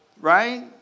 Right